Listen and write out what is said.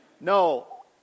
No